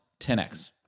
10x